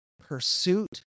pursuit